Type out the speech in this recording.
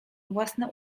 własne